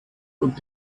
und